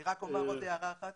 אני רק אומר עוד הערה אחת,